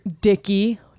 Dicky